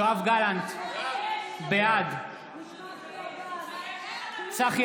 יואב גלנט, בעד צחי